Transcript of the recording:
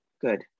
good